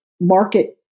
market